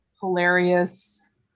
hilarious